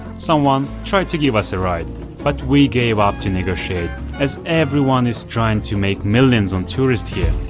someone tried to give us a ride but we gave up to negotiate as everyone is trying to make millions on tourists here